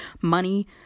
money